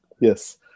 Yes